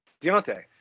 Deontay